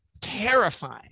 terrifying